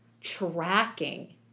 tracking